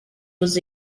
was